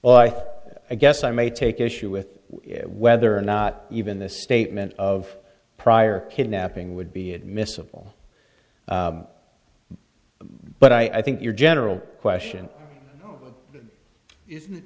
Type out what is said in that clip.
but i guess i may take issue with whether or not even the statement of prior kidnapping would be admissible but i think your general question oh isn't it